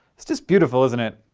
it's just beautiful, isn't it?